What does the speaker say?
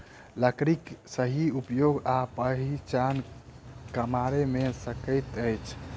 लकड़ीक सही उपयोग आ पहिचान कमारे क सकैत अछि